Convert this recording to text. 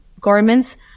Garments